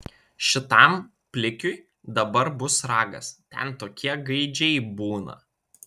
šitam plikiui dabar bus ragas ten tokie gaidžiai būna